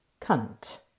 cunt